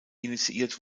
initiiert